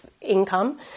income